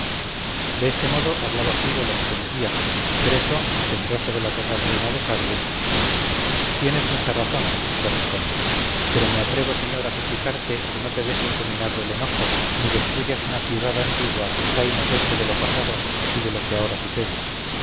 de este modo hablaba ciro lo que sentía y creso temeroso de la total ruina de sardes tienes mucha razón le responde pero me atrevo señor a suplicarte que no te dejes dominar del enojo ni destruyas una ciudad antigua que está inocente de lo pasado y de lo que ahora sucede